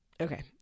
Okay